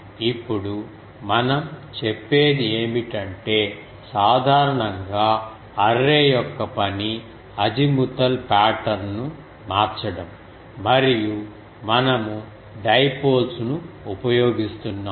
ఇప్పుడు మనం చెప్పేది ఏమిటంటే సాధారణంగా అర్రే యొక్క పని అజిముతల్ పాటర్న్ ను మార్చడం మరియు మనము డైపోల్స్ ను ఉపయోగిస్తున్నాము